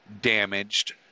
damaged